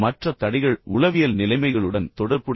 மற்ற தடைகள் உளவியல் நிலைமைகளுடன் தொடர்புடையவை